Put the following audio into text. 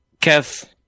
Kev